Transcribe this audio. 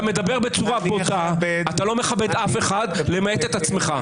אתה לא מכבד אף אחד חוץ מאת עצמך.